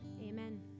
amen